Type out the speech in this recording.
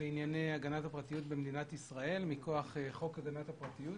לענייני הגנת הפרטיות במדינת ישראל מכוח חוק הגנת הפרטיות